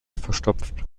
verstopft